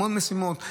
המון משימות.